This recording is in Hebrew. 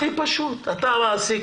הכי פשוט: אתה המעסיק,